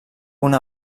una